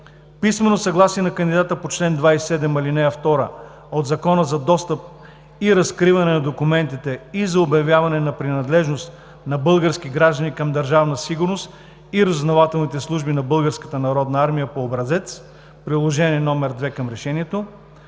писмено съгласие на кандидата по чл. 27, ал. 2 от Закона за достъп и разкриване на документите, и за обявяване на принадлежност на български граждани към Държавна сигурност и разузнавателните служби на Българската народна армия по образец – Приложение № 2 към Решението;